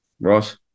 Ross